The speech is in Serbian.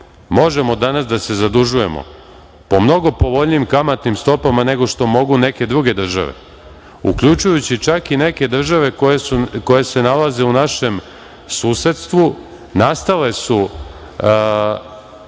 možemo danas da se zadužujemo po mnogo povoljnijim kamatnim stopama nego što mogu neke druge države, uključujući čak i neke države koje se nalaze u našem susedstvu nastale su